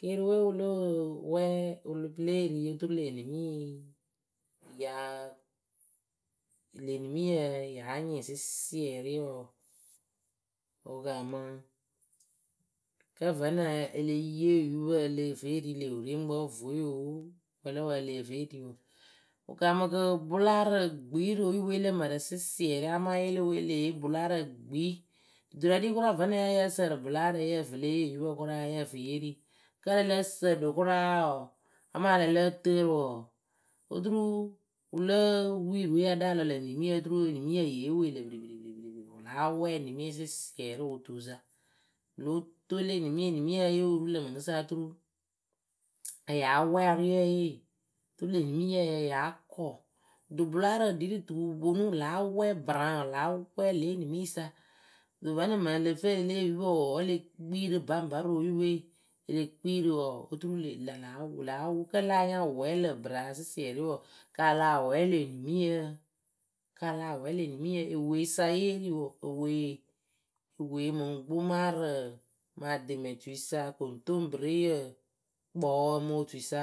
Keeriuwe wɨ lóo wɛɛ pɨ lée ri oturu lë enimii yaa lë enimiyǝ yáa nyɩŋ sɨsiɛrɩ wɔɔ wɨ kaamɨ. kǝ́ vǝ́nɨŋ e le yee yupǝ leh fee ri lë wɨrieŋkpǝ oo vueyoo, wǝ lǝ wǝ le fe riu. Wɨ kaamɨ kɨ bʊlaarǝ gbii rɨ oyupɨwe lǝ mǝrǝ sɨsiɛrɩ amaa yɩlɩwe e leh yee bʊlaarǝ gbii. Duturǝ ɖi kʊraa vǝ́nɨŋ ya yǝ́ǝ sǝǝrɨ bʊlaarǝ yǝh fɨ le yee yupǝ kʊraa yǝh fɨ ye ri kǝ́ ǝ lǝ́ǝ sǝǝɖɨ kʊraa wɔɔ, amaa lǝ lǝ́ǝ tɨɨrɨ wɔɔ, oturu wɨlǝǝ wiirɨwe ya ɖáa lɔ lǝ̈ nimiyǝ oturu enimiyǝ yée wee lǝ̈ piripiri piripiri piripiri wɨ láa wɛɛ nimiyǝ sɨsiɛrɩ wʊ tuusa. Wɨ lóo toolu enimii enimii ya yóo ru lǝ̈ mɨŋkɨsa turu, ya yáa wɛɛ ariɛɛye. Turu lë nimiye ya yáa kɔ. Kɨto bʊlaarǝ ɖii rɨ tuu wu ponu láa wɛɛ braŋaŋ láa wɛɛ lě nimiisa. Kɨto vǝ́nɨŋ mɨŋ ǝ lǝ fɨ e le yee yupǝ wɔɔ, wǝ́ le kpii rɨ baŋba rɨ oyupɨwe, e le kpii wɔɔ, oturu le la láa wʊ láa wʊ kǝ́ lah nya wɛɛ lǝ̈ bɨraa sɨsiɛrɩ wɔɔ, kaa lah wɛɛ lë enimiyǝǝǝ. Kaa lah wɛɛ lë enimiyǝ eweyɨsa yée ri wɔɔ, ewee, ewee mɨŋ gbomarǝ, mɨ ademɛtuisa koŋtoŋpɨreyǝ, kpɔwǝ mɨ otuisa